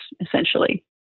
essentially